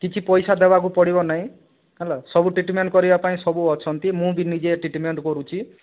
କିଛି ପଇସା ଦେବାକୁ ପଡ଼ିବ ନାହିଁ ହେଲା ସବୁ ଟ୍ରିଟ୍ମେଣ୍ଟ୍ କରିବା ପାଇଁ ସବୁ ଅଛନ୍ତି ମୁଁ ବି ନିଜେ ଟ୍ରିଟ୍ମେଣ୍ଟ୍ କରୁଛି